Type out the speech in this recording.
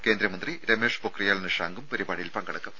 കേന്ദ്രമന്ത്രി രമേഷ് പൊക്രിയാൽ നിഷാങ്കും പരിപാടിയിൽ പങ്കെടുക്കും